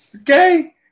okay